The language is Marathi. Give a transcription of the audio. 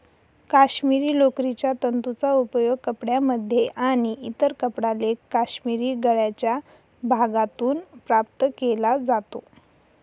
काश्मिरी लोकरीच्या तंतूंचा उपयोग कपड्यांमध्ये आणि इतर कपडा लेख काश्मिरी गळ्याच्या भागातून प्राप्त केला जातो